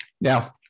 Now